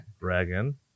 dragon